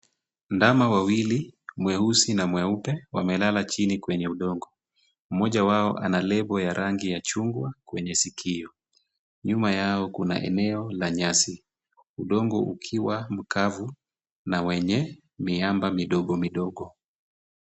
Ndama wawili, mweusi na mweupe wamelala chini kwenye udongo. Mmoja wao ana lebo la rangi ya chungwa kwenye sikio. Nyuma yao kuna eneo la nyasi, udongo ukiwa mkavu na wenye miamba midogo midogo.